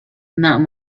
not